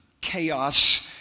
chaos